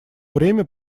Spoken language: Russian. время